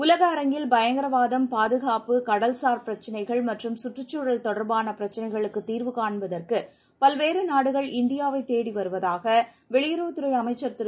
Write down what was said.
உலக அரங்கில் பயங்கரவாதம் பாதுகாப்பு கடல்சார் பிரச்னைகள் மற்றும் சுற்றுச் சூழல் தொடர்பான பிரச்னைகளுக்கு தீர்வு காண்பதற்கு பல்வேறு நாடுகள் இந்தியாவைத் தேடி வருவதாக வெளியுறவுத துறை அமைச்சர் திரு